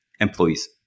employees